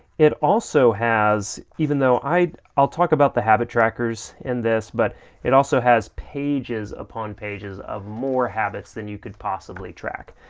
it also has, even though, i'll i'll talk about the habit trackers in this, but it also has pages upon pages of more habits than you could possibly track.